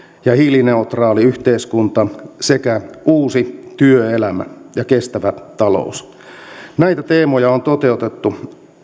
ja hiilineutraali yhteiskunta sekä uusi työelämä ja kestävä talous näitä teemoja on toteutettu